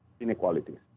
Inequalities